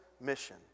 mission